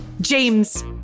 James